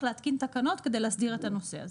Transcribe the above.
להתקין תקנות כדי להסדיר את הנושא הזה.